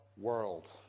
world